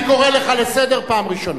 אני קורא אותך לסדר פעם ראשונה.